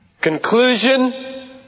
Conclusion